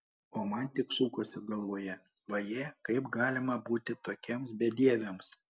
o man tik sukosi galvoje vaje kaip galima būti tokiems bedieviams